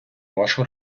вашу